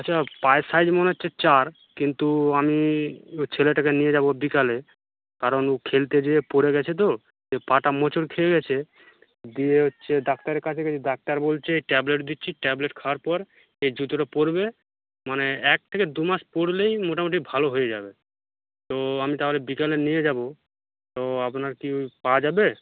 আচ্ছা পায়ের সাইজ মনে হচ্ছে চার কিন্তু আমি ছেলেটাকে নিয়ে যাব বিকেলে কারণ খেলতে গিয়ে পড়ে গেছে তো পাটা মোচড় খেয়ে গেছে দিয়ে হচ্ছে ডাক্তারের কাছে গেছি ডাক্তার বলছে ট্যাবলেট দিচ্ছি ট্যাবলেট খাওয়ার পর এই জুতোটা পরবে মানে এক থেকে দু মাস পরলেই মোটামুটি ভালো হয়ে যাবে তো আমি তাহলে বিকেলে নিয়ে যাব তো আপনার কি পাওয়া যাবে